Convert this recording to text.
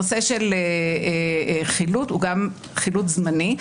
וגם הנושא של חילוט הוא גם חילוט זמני,